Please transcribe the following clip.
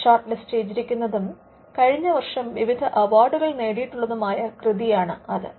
shortlist ചെയ്തിരിക്കുന്നതും കഴിഞ്ഞ വർഷം വിവിധ അവാർഡുകൾ നേടിയിട്ടുള്ളതുമായ കൃതിയാണത്